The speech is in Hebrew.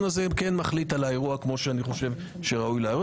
הזה כן מחליט על האירוע כמו שאני חושב שראוי לו.